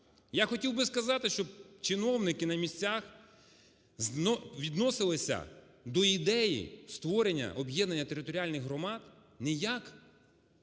Я хотів би сказати, що чиновники на місцях відносилися до ідеї створення об'єднання територіальних громад не як